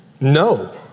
no